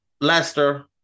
Leicester